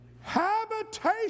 habitation